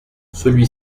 celui